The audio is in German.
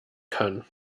kann